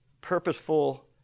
purposeful